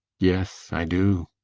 yes, i do.